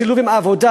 בשילוב עם עבודה,